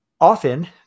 often